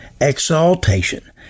exaltation